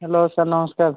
hello sir ନମସ୍କାର